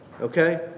okay